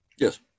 Yes